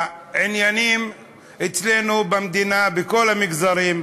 העניינים אצלנו במדינה, בכל המגזרים,